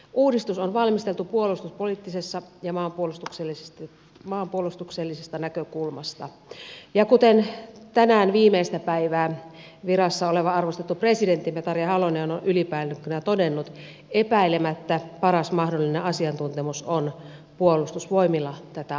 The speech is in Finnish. uudistus on valmisteltu puolustuspoliittisesta ja maanpuolustuksellisesta näkökulmasta ja kuten tänään viimeistä päivää virassa oleva arvostettu presidenttimme tarja halonen on ylipäällikkönä todennut epäilemättä paras mahdollinen asiantuntemus on puolustusvoimilla tätä asiaa punnita